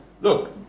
look